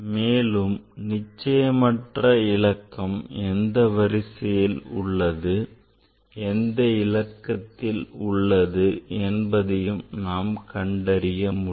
மேலும் நிச்சயமற்ற இலக்கம் எந்த வரிசையில் உள்ளது எந்த இலக்கத்தில் உள்ளது என்பதையும் நாம் கண்டறிய முடியும்